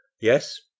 Yes